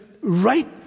right